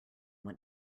went